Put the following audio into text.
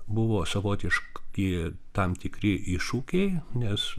buvo savotiški tam tikri iššūkiai nes